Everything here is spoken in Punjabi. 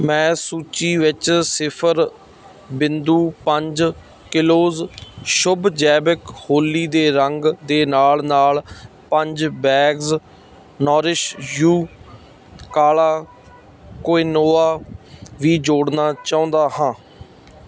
ਮੈਂ ਸੂਚੀ ਵਿੱਚ ਸਿਫਰ ਬਿੰਦੂ ਪੰਜ ਕਿਲੋਜ਼ ਸ਼ੁਭ ਜੈਵਿਕ ਹੋਲੀ ਦੇ ਰੰਗ ਦੇ ਨਾਲ ਨਾਲ ਪੰਜ ਬੈਗਜ਼ ਨੋਰਿਸ਼ ਯੂ ਕਾਲਾ ਕੋਇਨੋਆ ਵੀ ਜੋੜਨਾ ਚਾਹੁੰਦਾ ਹਾਂ